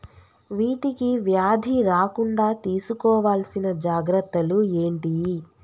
వీటికి వ్యాధి రాకుండా తీసుకోవాల్సిన జాగ్రత్తలు ఏంటియి?